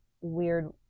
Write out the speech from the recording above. weird